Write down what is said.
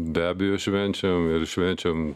be abejo švenčiam ir švenčiam